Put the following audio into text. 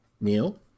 Neil